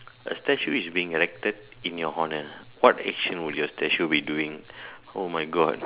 a statue is being erected in your honor what action will your statue be doing oh my god